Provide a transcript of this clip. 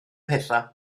pethau